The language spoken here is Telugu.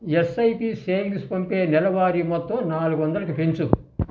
ఎస్ఐపి సేవింగ్స్ పంపే నెలవారీ మొత్తం నాలుగొందలకి పెంచు